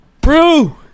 brew